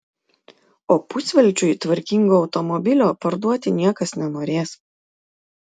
o pusvelčiui tvarkingo automobilio parduoti niekas nenorės